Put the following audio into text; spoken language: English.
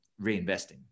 reinvesting